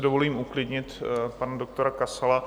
Dovolím si uklidnit pana doktora Kasala.